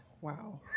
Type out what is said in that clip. wow